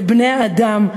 לבני-אדם,